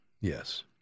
Yes